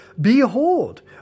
behold